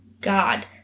God